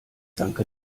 danke